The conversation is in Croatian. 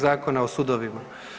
Zakona o sudovima.